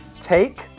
take